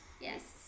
Yes